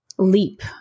leap